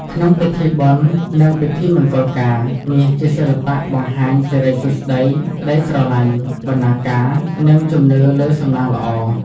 ក្នុងពិធីបុណ្យនឹងពិធីមង្គលការ មាសជាសិល្បៈបង្ហាញសិរីសួស្តី ក្តីស្រឡាញ់ បណ្តាការ និងជំនឿលើសំណាងល្អ។